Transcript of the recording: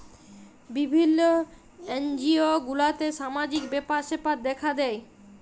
বিভিল্য এনজিও গুলাতে সামাজিক ব্যাপার স্যাপার দ্যেখা হ্যয়